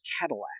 Cadillac